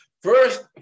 First